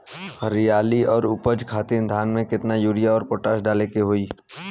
हरियाली और उपज खातिर धान में केतना यूरिया और पोटाश डाले के होई?